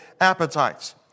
appetites